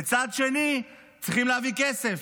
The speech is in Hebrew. ומצד שני צריכים להביא כסף.